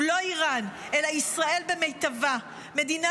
הוא לא איראן אלא ישראל במיטבה, מדינה